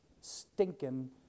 stinking